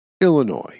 Illinois